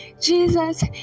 Jesus